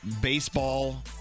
baseball